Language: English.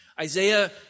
Isaiah